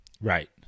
Right